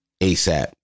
ASAP